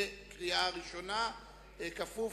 נתקבלה.